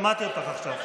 שמעתי אותך עכשיו.